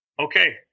Okay